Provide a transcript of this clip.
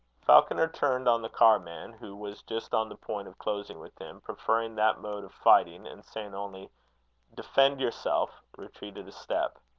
falconer turned on the carman, who was just on the point of closing with him, preferring that mode of fighting and saying only defend yourself, retreated a step.